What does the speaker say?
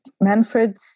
Manfred